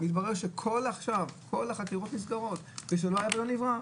מתברר שעכשיו כל החקירות נסגרות וכי זה לא היה ולא נברא.